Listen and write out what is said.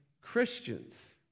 Christians